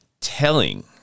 telling